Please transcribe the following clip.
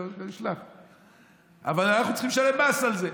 אבל אנחנו צריכים לשלם מס על זה,